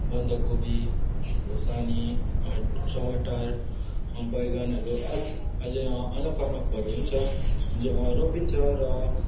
बन्दकोपी खोर्सानी टमाटर बैगनहरू अझै अनेक अनेकहरू पनि छन् जो रोपिन्छ र